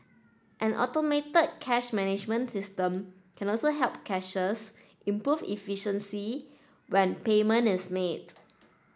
an automated cash management system can also help cashiers improve efficiency when payment is made